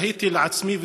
תהיתי לעצמי,